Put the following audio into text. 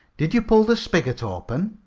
did you pull the spigot open?